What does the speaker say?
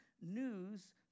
news